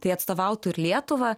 tai atstovautų ir lietuvą